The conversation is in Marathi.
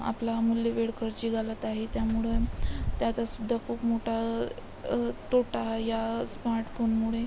आपला अमूल्य वेळ खर्ची घालत आहे त्यामुळं त्याचासुद्धा खूप मोठा तोटा हा या स्मार्टफोनमुळे